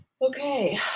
Okay